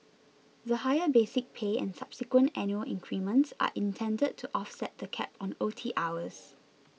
the higher basic pay and subsequent annual increments are intended to offset the cap on O T hours